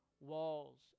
Walls